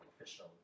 official